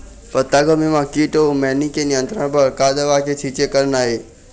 पत्तागोभी म कीट अऊ मैनी के नियंत्रण बर का दवा के छींचे करना ये?